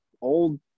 old